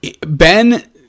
Ben